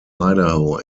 idaho